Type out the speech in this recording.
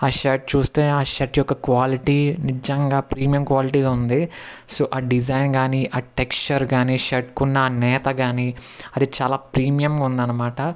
ఆ షర్ట్ చూస్తే ఆ షర్ట్ యొక్క క్వాలిటీ నిజంగా ప్రీమియం క్వాలిటీగా ఉంది సో ఆ డిజైన్ కానీ టెక్స్చర్ కానీ షర్ట్కి ఉన్న ఆ నేత కానీ అది చాలా ప్రీమియం ఉంది అనమాట